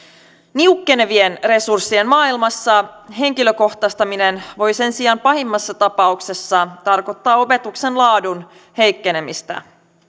niukkenevien resurssien maailmassa henkilökohtaistaminen voi sen sijaan pahimmassa tapauksessa tarkoittaa opetuksen laadun heikkenemistä